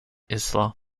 isla